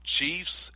Chiefs